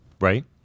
Right